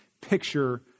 picture